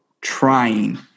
trying